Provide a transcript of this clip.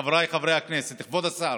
חבריי חברי הכנסת, כבוד השר,